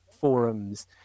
forums